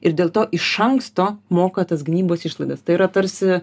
ir dėl to iš anksto moka tas gynybos išlaidas tai yra tarsi